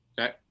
Okay